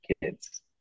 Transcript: kids